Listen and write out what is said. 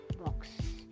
box